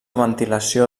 ventilació